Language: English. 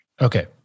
Okay